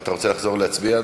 אתה רוצה לחזור להצביע,